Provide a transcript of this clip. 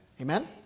Amen